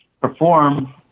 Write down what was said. perform